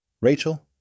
Rachel